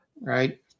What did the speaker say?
right